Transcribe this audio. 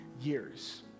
years